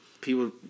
People